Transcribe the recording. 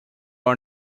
are